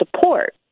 support